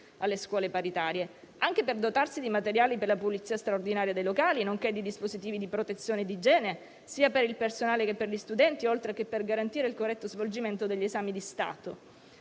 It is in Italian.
alle scuole paritarie, anche per dotarsi di materiali per la pulizia straordinaria dei locali nonché di dispositivi di protezione e di igiene, sia per il personale che per gli studenti, oltre che per garantire il corretto svolgimento degli esami di Stato.